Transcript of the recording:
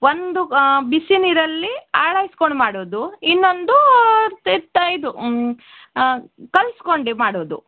ಒಂದು ಬಿಸಿ ನೀರಲ್ಲಿ ಆಳೈಸ್ಕೊಂಡು ಮಾಡೋದು ಇನ್ನೊಂದು ತಿಟ್ಟ ಇದು ಕಲ್ಸ್ಕೊಂಡು ಮಾಡೋದು